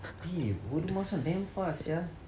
dey ஒரு மாதம்:oru maatham damn fast sia